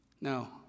No